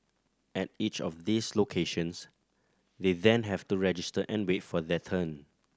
at each of these locations they then have to register and wait for their turn